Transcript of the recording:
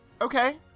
Okay